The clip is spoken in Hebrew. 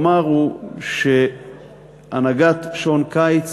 הוא שהנהגת שעון קיץ